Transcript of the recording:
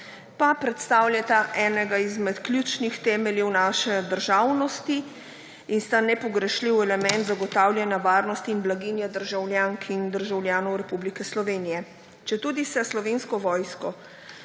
pa predstavljata enega ključnih temeljev naše državnosti in sta nepogrešljiv element zagotavljanja varnosti in blaginje državljank in državljanov Republike Slovenije. Četudi se Slovensko vojsko